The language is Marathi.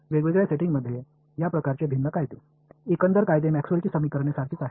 वेगवेगळ्या सेटींगसाठी या प्रकारचे भिन्न कायदे एकंदर कायदे मॅक्सवेलची समीकरणे सारखीच आहेत